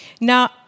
Now